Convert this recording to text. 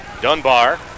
Dunbar